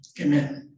Amen